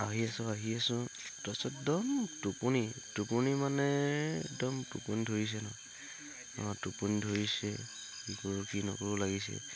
আহি আছোঁ আহি আছোঁ তাৰপিছত একদম টোপনি টোপনি মানে একদম টোপনি ধৰিছে ন অঁ টোপনি ধৰিছে কি কৰো কি নকৰো লাগিছে